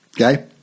Okay